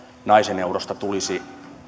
naisen eurosta tulisi